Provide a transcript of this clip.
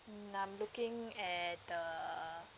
mm I'm looking at the